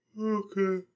Okay